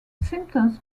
symptoms